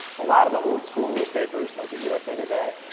a lot of the old school newspapers like usa today,